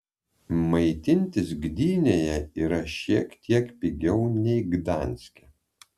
maitintis gdynėje yra šiek tiek pigiau nei gdanske